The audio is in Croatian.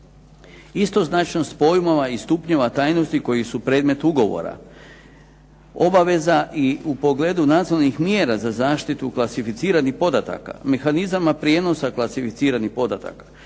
istoznačnost pojmova i stupnjeva tajnosti koji su predmet ugovora, obaveza i u pogledu nacionalnih mjera za zaštitu klasificiranih podataka, mehanizama prijenosa klasificiranih podataka,